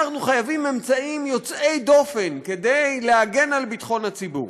אנחנו חייבים אמצעים יוצאי דופן כדי להגן על ביטחון הציבור.